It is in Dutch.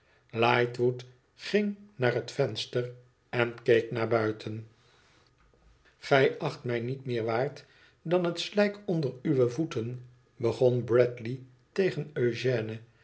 lightwood ging naar het venster en keek naar buiten gij acht mij niet meer waard dan het slijk onder uwe voeten begon bradley tegen eugène